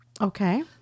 Okay